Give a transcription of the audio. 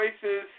choices